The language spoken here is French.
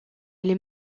les